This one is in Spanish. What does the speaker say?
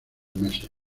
meses